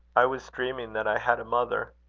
i was dreaming that i had a mother.